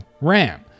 RAM